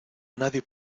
nadie